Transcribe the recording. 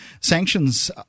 sanctions